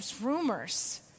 rumors